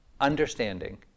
understanding